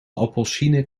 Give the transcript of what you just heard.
appelsienen